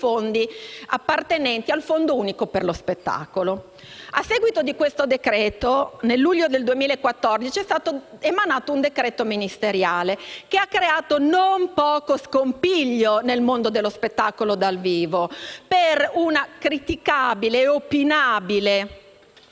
fondi appartenenti al fondo unico per lo spettacolo. A seguito di questo decreto-legge, nel luglio 2014 è stato emanato un decreto ministeriale, che ha creato non poco scompiglio nel mondo dello spettacolo dal vivo, per una criticabile e opinabile